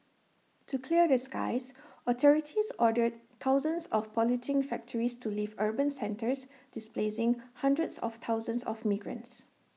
to clear the skies authorities ordered thousands of polluting factories to leave urban centres displacing hundreds of thousands of migrants